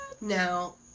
now